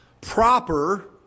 proper